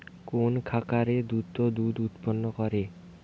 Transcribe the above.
কোন খাকারে দ্রুত দুধ উৎপন্ন করে?